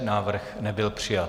Návrh nebyl přijat.